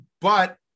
But-